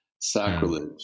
sacrilege